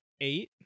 eight